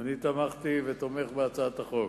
תמכתי ותומך בהצעת החוק,